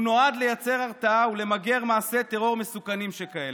הוא נועד לייצר הרתעה ולמגר מעשי טרור מסוכנים שכאלה.